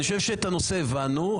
אני חושב שהבנו את הנושא.